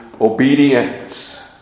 obedience